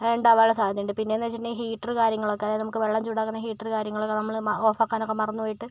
ഉണ്ടാകാനുള്ള സാധ്യതയുണ്ട് പിന്നെയെന്നുവെച്ചിട്ടുണ്ടെങ്കിൽ ഹീറ്റർ കാര്യങ്ങളൊക്കെ അതായത് നമുക്ക് വെള്ളം ചൂടാക്കണ ഹീറ്റർ കാര്യങ്ങളൊക്കെ നമ്മൾ ഓഫാക്കാനൊക്കെ മറന്നുപോയിട്ട്